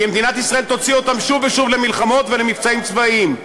כי מדינת ישראל תוציא אותם שוב ושוב למלחמות ולמבצעים צבאיים,